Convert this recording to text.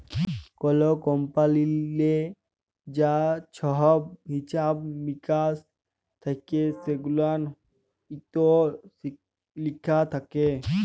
call কমপালিললে যা ছহব হিছাব মিকাস থ্যাকে সেগুলান ইত্যে লিখা থ্যাকে